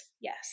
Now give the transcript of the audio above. Yes